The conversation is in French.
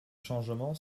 changement